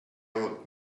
old